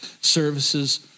services